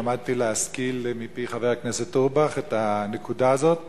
למדתי להשכיל מפי חבר הכנסת אורבך את הנקודה הזאת,